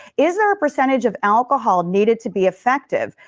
is there a percentage of alcohol needed to be effective?